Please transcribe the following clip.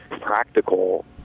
practical